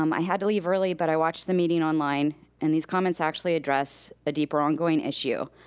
um i had to leave early, but i watched the meeting online and these comments actually address a deeper ongoing issue.